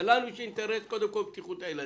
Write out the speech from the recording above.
ולנו האינטרס הוא קודם כל בטיחות הילדים.